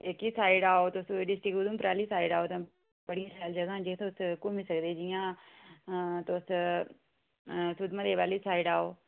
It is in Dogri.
एह्की साइड आओ तुस डिस्ट्रिक्ट उधमपुर आह्ली साइड आओ तुस बड़ियां शैल जगहां न जेह्ड़ी तुस घुम्मी सकदे जि'यां तुस सुद्धमहादेव आह्ली साइड आओ